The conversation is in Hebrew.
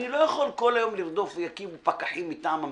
אני לא יכול כל היום לרדוף ולהקים פקחים מטעם המדינה,